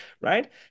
right